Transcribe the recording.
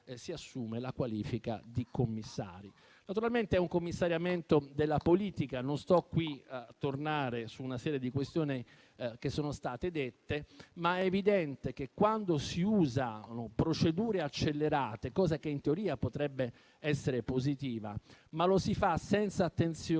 si assume la qualifica di commissari. Naturalmente è un commissariamento della politica: non torno su una serie di questioni che sono state dette, ma evidentemente, quando si usano procedure accelerate (cosa che in teoria potrebbe essere positiva) senza fare attenzione